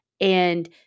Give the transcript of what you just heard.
And-